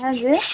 हजुर